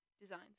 designs